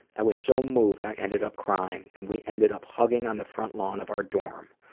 i was so moved, i ended up crying and we ended up hugging on the front lawn of our dorm.